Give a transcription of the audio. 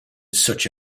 such